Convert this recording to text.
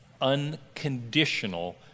unconditional